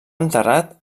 enterrat